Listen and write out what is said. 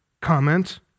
comment